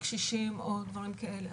קשישים או דברים כאלה.